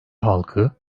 halkı